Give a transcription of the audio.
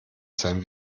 sein